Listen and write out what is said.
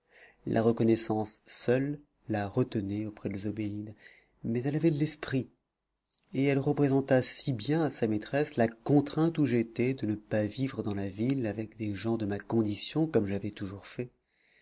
la reconnaissance seule la retenait auprès de zobéide mais elle avait de l'esprit et elle représenta si bien à sa maîtresse la contrainte où j'étais de ne pas vivre dans la ville avec des gens de ma condition comme j'avais toujours fait